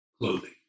clothing